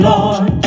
Lord